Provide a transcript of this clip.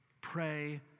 Pray